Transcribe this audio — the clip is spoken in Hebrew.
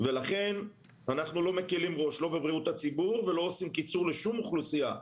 לכן אנחנו לא מקלים ראש בבריאות הציבור ולא עושים קיצור לשום אוכלוסייה.